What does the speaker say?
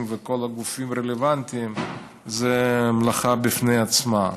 וכל הגופים הרלוונטיים זה מלאכה בפני עצמה.